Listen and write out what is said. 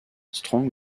strong